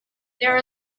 there